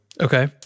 Okay